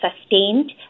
sustained